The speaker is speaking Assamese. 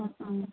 ওম ওম